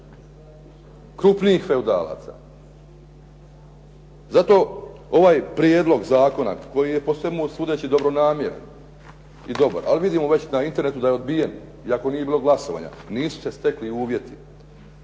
krupnijih feudalaca. Zato, ovaj prijedlog zakona koji je po svemu sudeći dobronamjeran i dobar, ali vidimo već na internetu da je odbijen, iako nije bilo glasovanja. Nisu se stekli uvjeti.